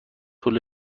طول